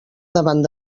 davant